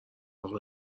اقا